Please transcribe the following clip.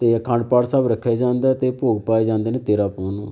ਅਤੇ ਅਖੰਡ ਪਾਠ ਸਾਹਿਬ ਰੱਖੇ ਜਾਂਦਾ ਅਤੇ ਭੋਗ ਪਾਏ ਜਾਂਦੇ ਨੇ ਤੇਰਾ ਪ